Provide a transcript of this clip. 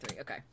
Okay